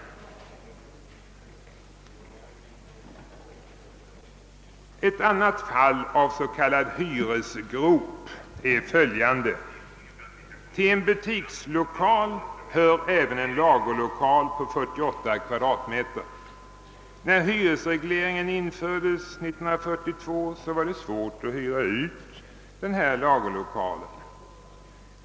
Ett annat fall av s.k. hyresgrop är följande. Till en butikslokal hör även en lagerlokal på 48 kvadratmeter. När hyresregleringen infördes 1942 var det svårt att hyra ut denna lagerlokal.